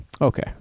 okay